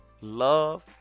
love